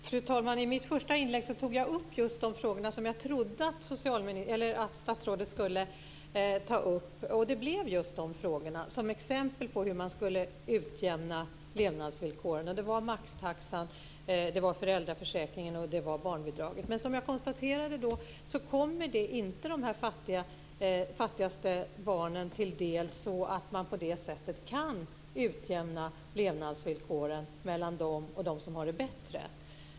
Fru talman! I mitt första inlägg tog jag upp de frågor som jag trodde att statsrådet skulle ta upp, och det blev just de frågorna som togs upp som exempel på hur man skulle utjämna levnadsvillkoren. Det var maxtaxan, det var föräldraförsäkringen och det var barnbidraget. Men som jag då konstaterade kommer det inte de fattigaste barnen till del så att man på det sättet kan utjämna levnadsvillkoren mellan dem och de som har det bättre.